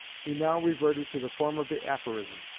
he now reverted to the form of the aphorism,